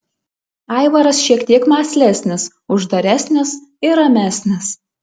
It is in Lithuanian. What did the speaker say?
aivaras šiek tiek mąslesnis uždaresnis ir ramesnis